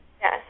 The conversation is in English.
Yes